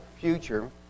future